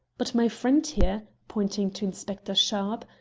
but my friend here, pointing to inspector sharpe,